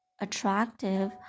attractive